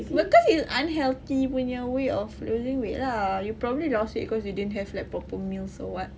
because it's unhealthy punya way of losing weight lah you probably lost weight because you didn't have proper meals or what